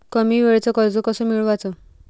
कमी वेळचं कर्ज कस मिळवाचं?